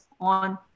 on